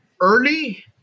early